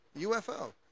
UFO